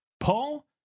Paul